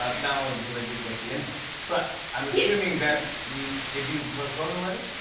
ah not only because i didn't get the invite, but i'm assuming that you did you postpone the wedding?